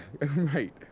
right